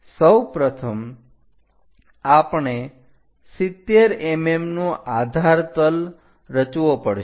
સૌપ્રથમ આપણે 70 mm નો આધાર તલ રચવો પડશે